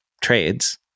Trades